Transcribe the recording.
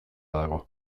dago